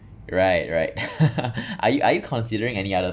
right right are you are you considering any other